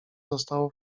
zostało